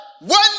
one